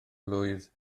blwydd